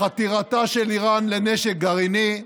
חתירתה של איראן לנשק גרעיני,